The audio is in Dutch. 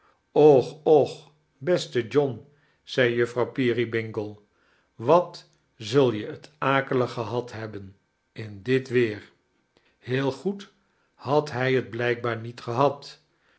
och och beste john zei juffrouw peerybingle wat zul je t akelig gehad liebben dm dit weerl heel goed had bij t blijkbaar niet gebad